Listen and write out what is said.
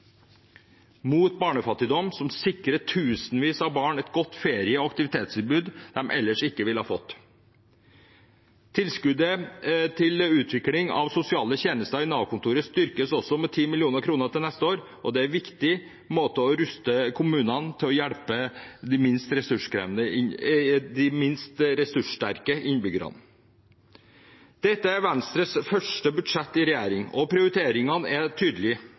mot barnefattigdom som sikrer tusenvis av barn et godt ferie- og aktivitetstilbud de ellers ikke ville ha fått. Tilskuddet til utvikling av sosiale tjenester i Nav-kontoret styrkes også med 10 mill. kr neste år, og det er en viktig måte å ruste kommunene til å hjelpe de minst ressurssterke innbyggerne på. Dette er Venstres første budsjett i regjering, og prioriteringene er tydelige.